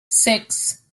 six